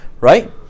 right